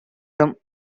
from